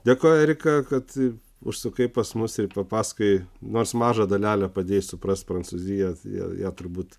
dėkojo erika kad užsukai pas mus ir pasakojai nors mažą dalelę padėjai suprast prancūziją todėl ją turbūt